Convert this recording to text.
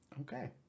Okay